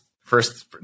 first